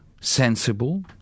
sensible